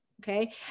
Okay